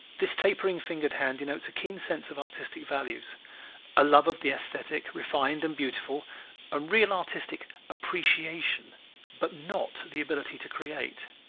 this tapering-fingered hand denotes a keen sense of artistic values a love of the esthetic, refined and beautiful and real artistic appreciation but not the ability to create.